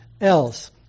else